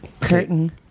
Curtain